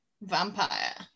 Vampire